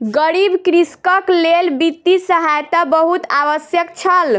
गरीब कृषकक लेल वित्तीय सहायता बहुत आवश्यक छल